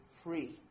free